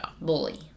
bully